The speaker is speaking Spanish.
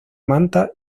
manta